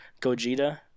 Gogeta